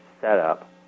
setup